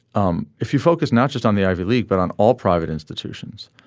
um if you focus not just on the ivy league but on all private institutions